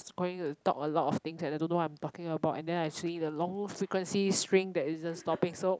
going to talk a lot of things and I don't know what I'm talking about and then I see the long frequency string that isn't stopping so